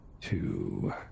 Two